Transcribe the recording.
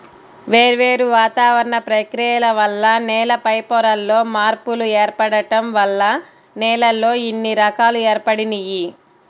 వేర్వేరు వాతావరణ ప్రక్రియల వల్ల నేల పైపొరల్లో మార్పులు ఏర్పడటం వల్ల నేలల్లో ఇన్ని రకాలు ఏర్పడినియ్యి